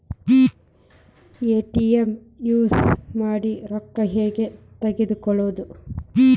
ATM use ಮಾಡಿ ರೊಕ್ಕ ಹೆಂಗೆ ತಕ್ಕೊಳೋದು?